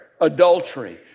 adultery